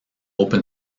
open